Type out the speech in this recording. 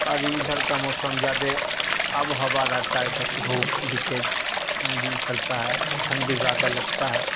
اور ادھر کا موسم زیادہ آب و ہوا رہتا ہے ادھر دھوپ بھی تیز بھی نکلتا ہے ٹھنڈ بھی زیادہ لگتا ہے